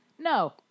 No